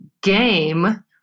game